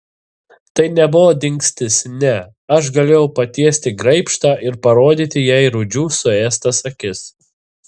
tai nebuvo dingstis ne aš galėjau patiesti graibštą ir parodyti jai rūdžių suėstas akis